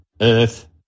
earth